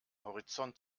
horizont